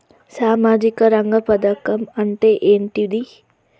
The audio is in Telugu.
సామాజిక రంగ పథకం అంటే ఏంటిది?